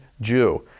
Jew